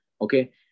Okay